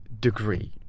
degree